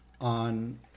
on